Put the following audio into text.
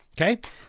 Okay